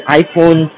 iPhone